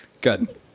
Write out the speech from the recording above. Good